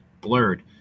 blurred